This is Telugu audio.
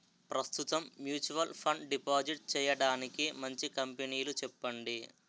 ప్రస్తుతం మ్యూచువల్ ఫండ్ డిపాజిట్ చేయడానికి మంచి కంపెనీలు చెప్పండి